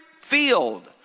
field